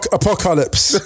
apocalypse